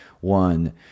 one